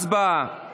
הצבעה.